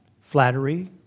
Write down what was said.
Flattery